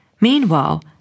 Meanwhile